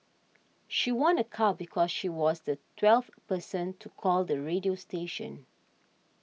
she won a car because she was the twelfth person to call the radio station